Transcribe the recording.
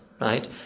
right